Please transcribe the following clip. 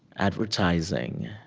advertising,